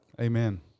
Amen